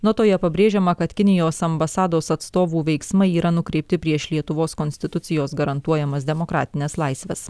notoje pabrėžiama kad kinijos ambasados atstovų veiksmai yra nukreipti prieš lietuvos konstitucijos garantuojamas demokratines laisves